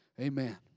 Amen